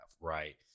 Right